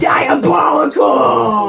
Diabolical